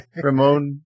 Ramon